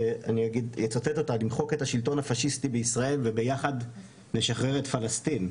אני אצטט אותה "למחוק את השלטון הפשיסטי בישראל וביחד לשחרר את פלסטין".